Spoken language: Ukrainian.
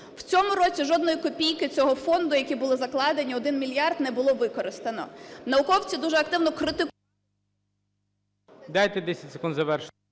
У цьому році жодної копійки цього фонду, які були закладені – 1 мільярд, не було використано. Науковці дуже активно… ГОЛОВУЮЧИЙ. Дайте 10 секунд завершити.